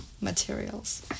materials